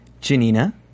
Janina